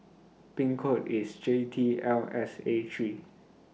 Pin code IS J T L S A three